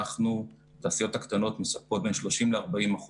התעשיות הקטנות מספקות בין 30% ל-40%